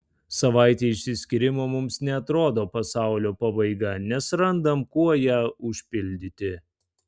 savaitė išsiskyrimo mums neatrodo pasaulio pabaiga nes randam kuo ją užpildyti